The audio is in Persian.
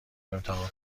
امتحان